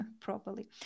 properly